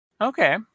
Okay